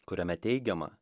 kuriame teigiama